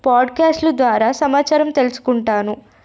పాడ్కాస్ట్ల ద్వారా సమాచారం తెలుసుకుంటాను